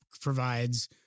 provides